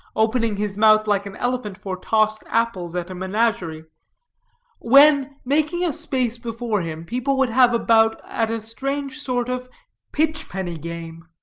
opening his mouth like an elephant for tossed apples at a menagerie when, making a space before him, people would have a bout at a strange sort of pitch-penny game,